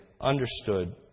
understood